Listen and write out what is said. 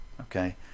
okay